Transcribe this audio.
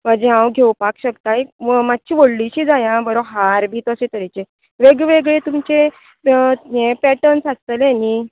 वा जें हांव घेवपाक शकतां एक मातशी व्हडली शी जाय हां बरो हार बी तसो तरेचो वेग वेगळी तुमचे हें पॅटंर्न्स आसतले न्ही